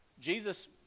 Jesus